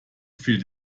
fiel